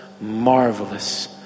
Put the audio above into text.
marvelous